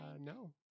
No